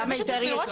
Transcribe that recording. נכון.